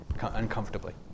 uncomfortably